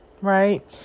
Right